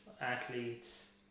athletes